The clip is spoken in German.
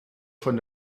von